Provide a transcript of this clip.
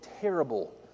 terrible